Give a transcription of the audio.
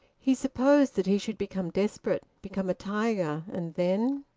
he supposed that he should become desperate, become a tiger, and then.